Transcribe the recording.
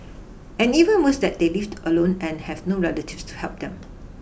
and even worse that they lived alone and have no relatives to help them